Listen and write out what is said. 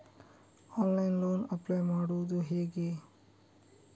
Online loan apply ಮಾಡುವುದು ಹೇಗೆ?